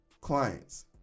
clients